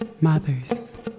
mothers